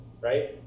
right